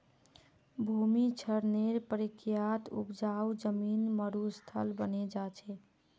भूमि क्षरनेर प्रक्रियात उपजाऊ जमीन मरुस्थल बने जा छे